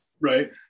Right